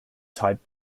type